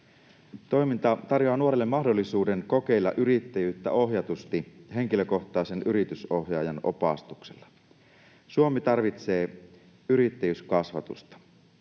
Toiminta tarjoaa nuorille mahdollisuuden kokeilla yrittäjyyttä ohjatusti henkilökohtaisen yritysohjaajan opastuksella. Suomi tarvitsee yrittäjyyskasvatusta.